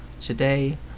Today